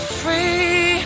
free